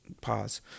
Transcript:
pause